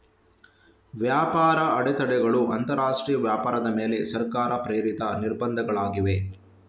ವ್ಯಾಪಾರ ಅಡೆತಡೆಗಳು ಅಂತರಾಷ್ಟ್ರೀಯ ವ್ಯಾಪಾರದ ಮೇಲೆ ಸರ್ಕಾರ ಪ್ರೇರಿತ ನಿರ್ಬಂಧಗಳಾಗಿವೆ